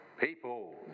People